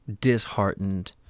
disheartened